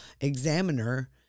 examiner